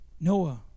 Noah